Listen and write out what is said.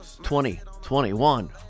2021